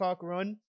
run